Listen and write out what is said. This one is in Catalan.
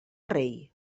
rei